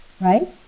right